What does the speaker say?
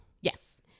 Yes